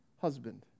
husband